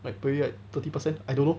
like probably at thirty percent I don't know